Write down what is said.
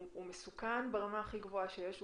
הוא מסוכן ברמה הכי גבוהה שיש.